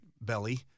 belly